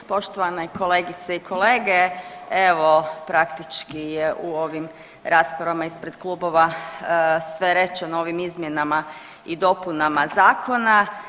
Poštovane kolegice i kolege, evo praktički je u ovim rasprava ispred klubova sve rečeno o ovim izmjenama i dopunama zakona.